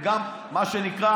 וגם מה שנקרא,